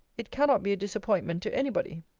it cannot be a disappointment to any body.